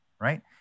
right